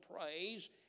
praise